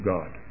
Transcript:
God